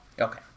Okay